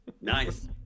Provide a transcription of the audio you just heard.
nice